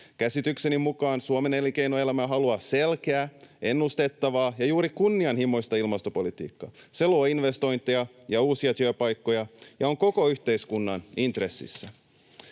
Käsitykseni mukaan Suomen elinkeinoelämä haluaa selkeää, ennustettavaa ja juuri kunnianhimoista ilmastopolitiikkaa. Se luo investointeja ja uusia työpaikkoja ja on koko yhteiskunnan intressissä.